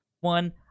one